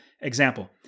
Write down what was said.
example